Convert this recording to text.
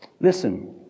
Listen